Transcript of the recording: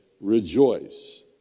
rejoice